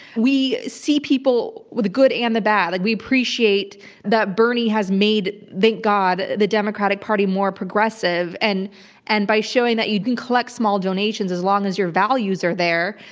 we see people with the good and the bad. like, we appreciate that bernie has made thank god the democratic party more progressive, and and by showing that you can collect small donations as long as your values are there,